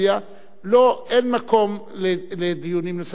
אין מקום לדיונים נוספים, אני נותן: